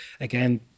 again